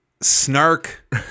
snark